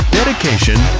dedication